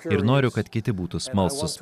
ir noriu kad kiti būtų smalsūs